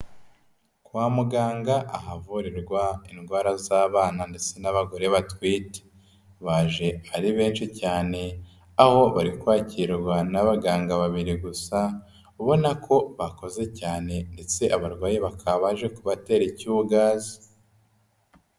Kwa muganga ahavurirwa indwara z'abana ndetse n'abagore batwite baje ari benshi cyane aho bari kwakirwa n'abaganga babiri gusa, ubona ko bakoze cyane ndetse abarwayi bakaba baje kubatera icyugaze.